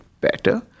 better